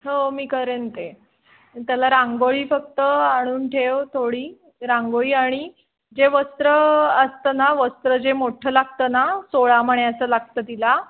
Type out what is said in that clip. हो मी करेन ते त्याला रांगोळी फक्त आणून ठेव थोडी रांगोळी आणि जे वस्त्र असतं ना वस्त्र जे मोठं लागतं ना सोळा मण्याचं लागतं तिला